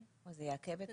אז זה יעכב את הכל.